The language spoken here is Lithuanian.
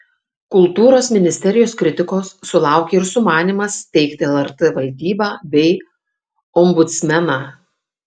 kultūros ministerijos kritikos sulaukė ir sumanymas steigti lrt valdybą bei ombudsmeną